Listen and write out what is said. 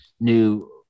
new